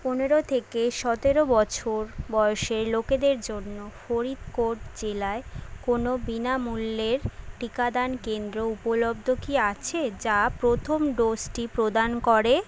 পনেরো থেকে সতেরো বছর বয়সের লোকেদের জন্য ফরিদকোট জেলায় কোনো বিনামূল্যের টিকাদান কেন্দ্র উপলব্ধ কি আছে যা প্রথম ডোজটি প্রদান করে